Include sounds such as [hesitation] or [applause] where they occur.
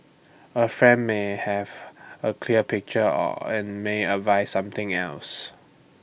A friend may have A clear picture [hesitation] and may advise something else